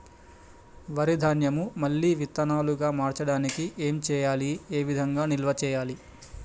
వరి ధాన్యము మళ్ళీ విత్తనాలు గా మార్చడానికి ఏం చేయాలి ఏ విధంగా నిల్వ చేయాలి?